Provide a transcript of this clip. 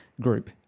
group